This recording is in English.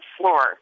floor